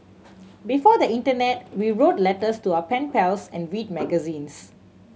before the internet we wrote letters to our pen pals and read magazines